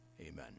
Amen